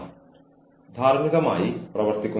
അതിനാൽ ഇത് രണ്ട് തരത്തിലും പ്രവർത്തിക്കുന്നു